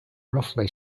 roughly